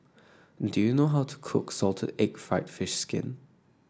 do you know how to cook Salted Egg fried fish skin